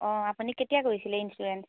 অঁ আপুনি কেতিয়া কৰিছিলে ইঞ্চুৰেঞ্চ